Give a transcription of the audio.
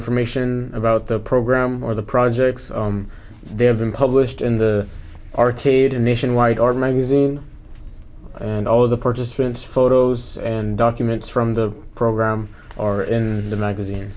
information about the program or the projects they have been published in the r t d nationwide or magazine and all of the participants photos and documents from the program or in the magazine